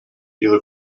ihre